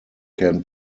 can